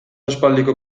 aspaldiko